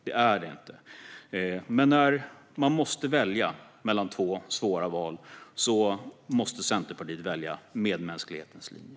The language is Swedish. Men när man måste göra ett svårt val mellan två saker måste Centerpartiet välja medmänsklighetens linje.